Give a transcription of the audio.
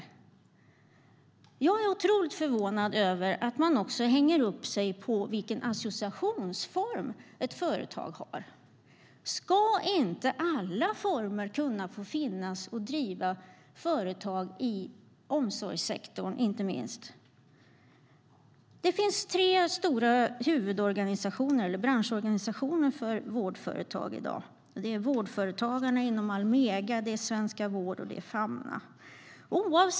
Det finns tre branschorganisationer för vårdföretag. Det är Almega Vårdföretagarna, Svenska Vård och Famna.